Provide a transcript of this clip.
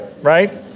right